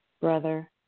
brother